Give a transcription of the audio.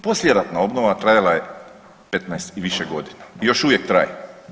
Poslijeratna obnova trajala je 15 i više godina i još uvijek traje.